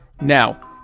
now